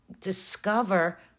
discover